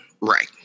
Right